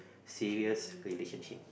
serious relationship